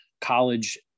college